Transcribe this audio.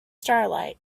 starlight